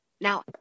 Now